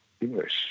English